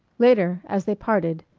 later, as they parted,